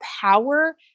power